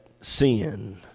sin